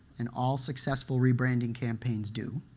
and all successful rebranding campaigns do.